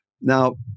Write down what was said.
now